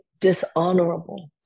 dishonorable